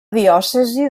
diòcesi